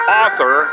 author